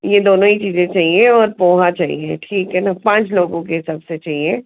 ये दोनों ही चीज़े चाहिए और पोहा चाहिए ठीक है ना पाँच लोगों के हिसाब से चाहिए